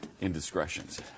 indiscretions